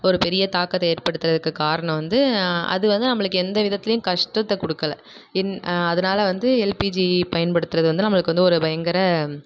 ஒரு பெரிய தாக்கத்தை ஏற்படுத்துகிறதுக்கு காரணம் வந்து அது வந்து நம்மளுக்கு எந்த விதத்திலேயும் கஷ்டத்தை கொடுக்கல இந் அதனால வந்து எல்பிஜி பயன்படுத்துகிறது வந்து நம்மளுக்கு வந்து ஒரு பயங்கர